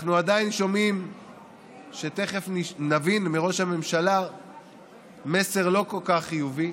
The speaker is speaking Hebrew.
אנחנו עדיין שומעים שתכף נבין מראש הממשלה מסר לא כל כך חיובי.